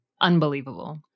unbelievable